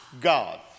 God